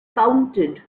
counted